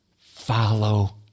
follow